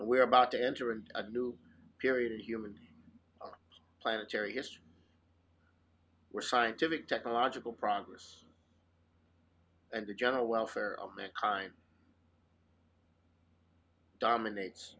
and we're about to enter into a new period in human planetary history where scientific technological progress and the general welfare of mankind dominates